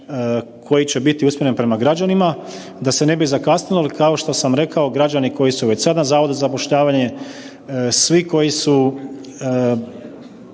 koji će biti usmjereni prema građanima, da se ne bi zakasnilo, jer kao što sam rekao, građani koji su već sad na Zavodu za zapošljavanje, svi koji su,